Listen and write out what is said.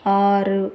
ஆறு